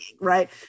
Right